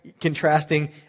contrasting